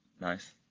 Nice